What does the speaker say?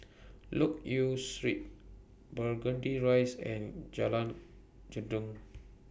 Loke Yew Street Burgundy Rise and Jalan Gendang